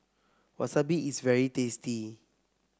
Wasabi is very tasty